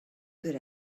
good